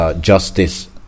Justice